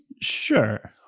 Sure